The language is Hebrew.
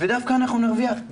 ודווקא אנחנו נרוויח.